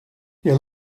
your